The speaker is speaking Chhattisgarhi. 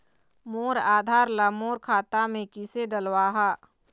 मोर आधार ला मोर खाता मे किसे डलवाहा?